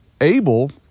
Abel